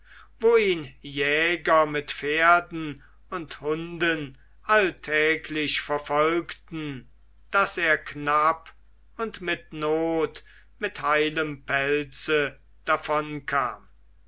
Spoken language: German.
wo ihn jäger mit pferden und hunden alltäglich verfolgten daß er knapp und mit not mit heilem pelze davonkam